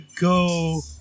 go